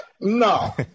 No